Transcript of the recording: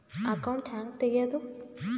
Account ಹ್ಯಾಂಗ ತೆಗ್ಯಾದು?